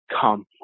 come